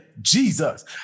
Jesus